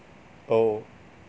oh